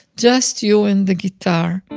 just you and the guitar.